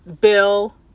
Bill